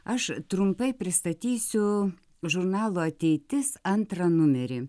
aš trumpai pristatysiu žurnalo ateitis antrą numerį